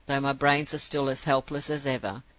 though my brains are still as helpless as ever,